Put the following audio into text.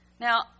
Now